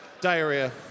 Diarrhea